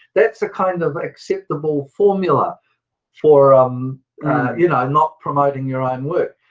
that's a kind of acceptable formula for um you know not promoting your own work.